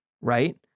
right